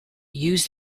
use